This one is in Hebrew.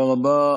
תודה רבה.